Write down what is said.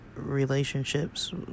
relationships